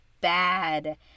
bad